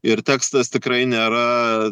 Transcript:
ir tekstas tikrai nėra